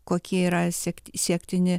kokie yra sekti siektini